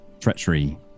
treachery